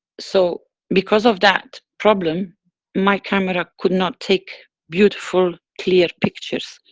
so, because of that problem my camera could not take beautiful clear pictures.